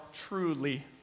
truly